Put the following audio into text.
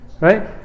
right